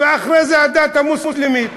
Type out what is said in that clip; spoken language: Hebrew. ואחרי זה הדת המוסלמית.